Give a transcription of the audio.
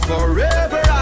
Forever